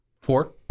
four